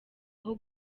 aho